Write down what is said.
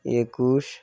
একুশ